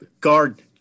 Guard